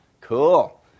Cool